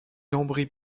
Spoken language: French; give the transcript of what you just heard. lambris